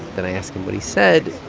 then i ask him what he said,